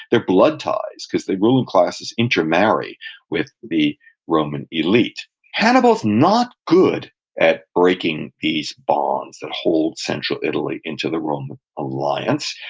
they're blood ties, because the ruling classes intermarry with the roman elite hannibal's not good at breaking these bonds that hold central italy into the roman alliance.